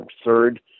absurd